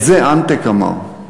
את זה אנטק אמר.